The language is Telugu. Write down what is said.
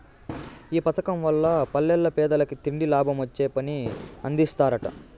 ఈ పదకం వల్ల పల్లెల్ల పేదలకి తిండి, లాభమొచ్చే పని అందిస్తరట